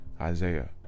Isaiah